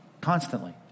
Constantly